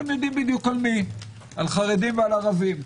אתם יודעים בדיוק על מי, על חרדים ועל ערבים.